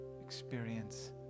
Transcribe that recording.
experience